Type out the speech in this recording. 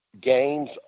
games